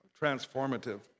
transformative